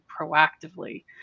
proactively